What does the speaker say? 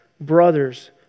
brothers